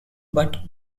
but